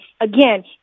again